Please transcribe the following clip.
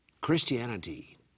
Christianity